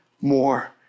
more